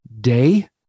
day